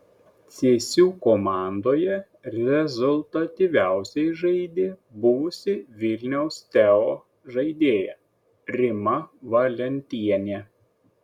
cėsių komandoje rezultatyviausiai žaidė buvusi vilniaus teo žaidėja rima valentienė